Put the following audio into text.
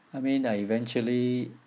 I mean uh eventually